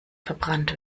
verbrannt